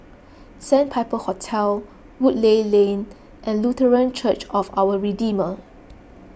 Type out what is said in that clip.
Sandpiper Hotel Woodleigh Lane and Lutheran Church of Our Redeemer